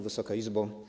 Wysoka Izbo!